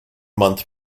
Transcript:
month